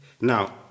Now